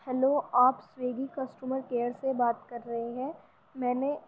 hello آپ Swiggy customer care سے بات کر رہے ہیں میں نے